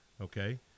Okay